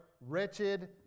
wretched